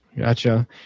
gotcha